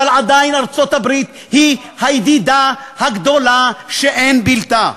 אבל עדיין ארצות-הברית היא הידידה הגדולה שאין בלתה.